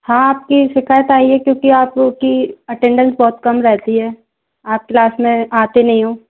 हाँ आपकी शिकायत आई है क्योंकि आपकी अटेंडेंस बहुत कम रहती है आप क्लास में आते नहीं हो